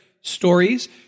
stories